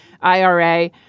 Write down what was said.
IRA